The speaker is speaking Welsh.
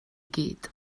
gyd